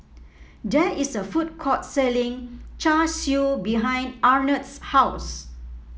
there is a food court selling Char Siu behind Arnett's house